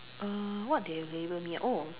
uh what they have label me ah oh